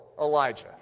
Elijah